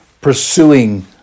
pursuing